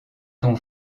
tons